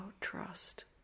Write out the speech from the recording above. trust